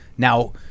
Now